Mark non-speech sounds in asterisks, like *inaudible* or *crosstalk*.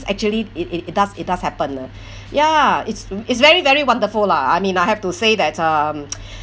actually it it does it does happen ah ya it's it's very very wonderful lah I mean I have to say that um *noise*